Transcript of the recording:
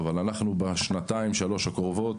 אבל אנחנו בשנתיים-שלוש הקרובות,